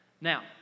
Now